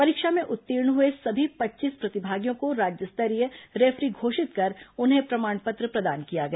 परीक्षा में उत्तीर्ण हए सभी पच्चीस प्रतिभागियों को राज्य स्तरीय रेफरी घोषित कर उन्हें प्रमाण पत्र प्रदान किया गया